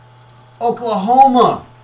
Oklahoma